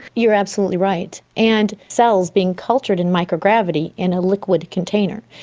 you're absolutely right. and cells being cultured in microgravity in a liquid container,